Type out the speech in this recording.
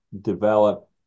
develop